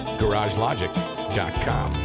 garagelogic.com